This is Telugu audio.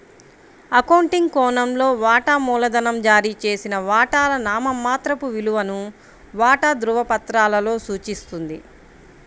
అకౌంటింగ్ కోణంలో, వాటా మూలధనం జారీ చేసిన వాటాల నామమాత్రపు విలువను వాటా ధృవపత్రాలలో సూచిస్తుంది